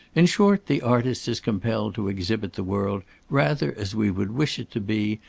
in short, the artist is compelled to exhibit the world rather as we would wish it to be,